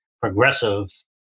progressive